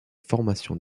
formation